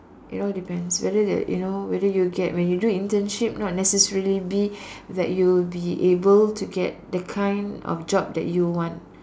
it all depends whether that you know whether you get when you do internship not necessary be that you be able to get the kind of job that you want